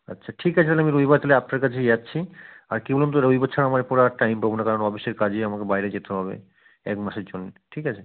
আচ্ছা ঠিক আছে তাহলে আমি রবিবার তাহলে আপনার কাছে যাচ্ছি আর কী বলুন তো রবিবার ছাড়া আমার এর পরে আর টাইম পাব না কারণ অফিসের কাজে আমাকে বাইরে যেতে হবে এক মাসের জন্যে ঠিক আছে